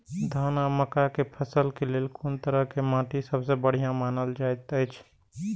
धान आ मक्का के फसल के लेल कुन तरह के माटी सबसे बढ़िया मानल जाऐत अछि?